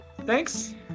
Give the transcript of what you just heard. Thanks